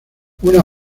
una